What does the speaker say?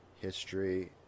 history